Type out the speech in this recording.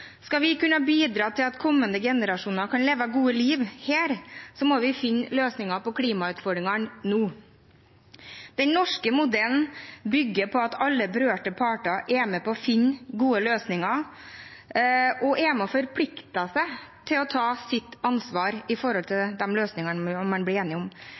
Skal vi kunne bidra til at kommende generasjoner kan leve gode liv her, må vi finne løsninger på klimautfordringene nå. Den norske modellen bygger på at alle berørte parter er med på å finne gode løsninger, og er med på å forplikte seg til å ta sitt ansvar når det gjelder de løsningene man blir enig om.